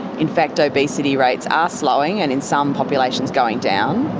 in fact obesity rates are slowing and in some populations going down.